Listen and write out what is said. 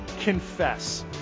confess